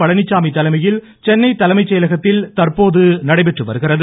பழனிச்சாமி தமிழக தலைமையில் சென்னை தலைமைச் செயலகத்தில் தற்போது நடைபெற்று வருகிறது